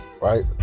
Right